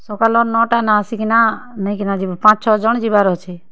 ସକାଲର୍ ନଅଟା ନେ ଆସିକିନା ନେଇକିନା ଯିବ ପାଁଚ୍ ଛଅ୍ ଜଣ୍ ଯିବାର୍ ଅଛେ